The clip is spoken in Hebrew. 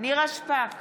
נירה שפק,